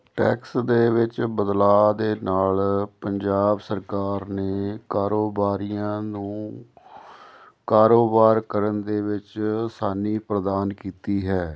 tax ਦੇ ਵਿੱਚ ਬਦਲਾਅ ਦੇ ਨਾਲ ਪੰਜਾਬ ਸਰਕਾਰ ਨੇ ਕਾਰੋਬਾਰੀਆਂ ਨੂੰ ਕਾਰੋਬਾਰ ਕਰਨ ਦੇ ਵਿੱਚ ਅਸਾਨੀ ਪ੍ਰਦਾਨ ਕੀਤੀ ਹੈ